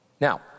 Now